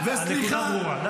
הנקודה ברורה.